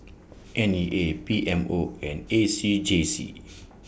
N E A P M O and A C J C